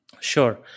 Sure